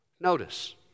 Notice